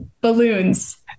Balloons